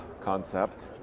concept